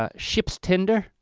ah ship's tender,